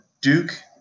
Duke